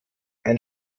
ein